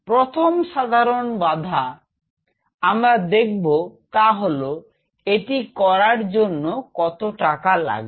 প্রথম সাধারণ বাধা আমরা দেখব তা হল এটি করার জন্য কত টাকা লাগবে